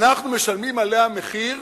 אנחנו משלמים עליה מחיר,